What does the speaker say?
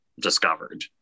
discovered